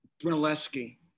Brunelleschi